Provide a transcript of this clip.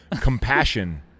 Compassion